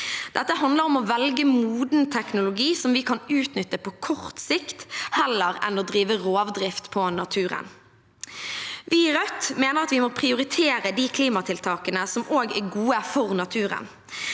Dette handler om å velge moden teknologi som vi kan utnytte på kort sikt, heller enn å drive rovdrift på naturen. Vi i Rødt mener at vi må prioritere de klimatiltakene som også er gode for naturen.